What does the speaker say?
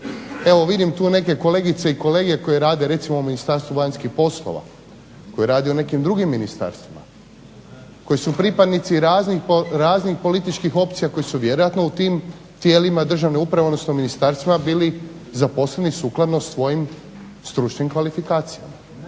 Evo vidim tu neke kolegice i kolege koji rade u ministarstvu vanjskih poslova, koji rade u nekim drugim ministarstvima, koji su pripadnici raznih političkih opcija koji su u tim tijelima državne uprave odnosno ministarstva bili zaposleni sukladno svojim kvalifikacijama,